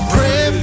Pray